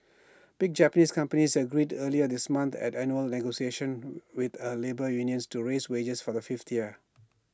big Japanese companies agreed earlier this month at annual negotiations with A labour unions to raise wages for the fifth year